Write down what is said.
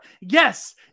Yes